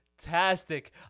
fantastic